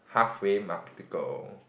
halfway market to go